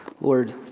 Lord